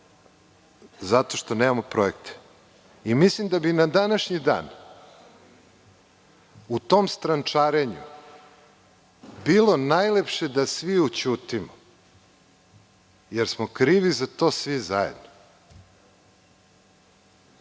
zato što nemamo projekte. Mislim da bi na današnji dan u tom strančarenju bilo najlepše da svi ućutimo, jer smo krivi za to svi zajedno.